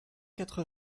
quatre